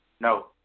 No